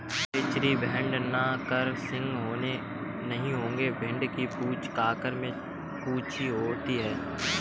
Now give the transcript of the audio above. मेचेरी भेड़ नर के सींग नहीं होंगे भेड़ की पूंछ आकार में छोटी होती है